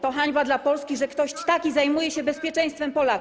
To hańba dla Polski, że ktoś taki zajmuje się bezpieczeństwem Polaków.